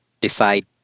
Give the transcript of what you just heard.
decide